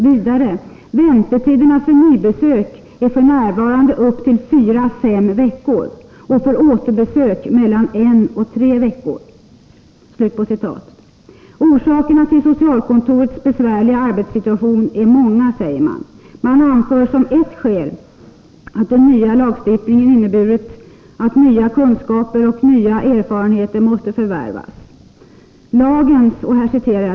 Vidare säger man: ”Väntetiderna för nybesök är f. n. upp till fyra fem veckor och för återbesök mellan en och tre veckor.” Orsakerna till socialkontorets besvärliga arbetssituation är många, säger man, och man anför som ett skäl att den nya lagstiftningen inneburit att nya kunskaper och nya erfarenheter måste förvärvas.